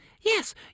Yes